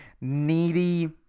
needy